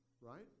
right